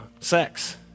sex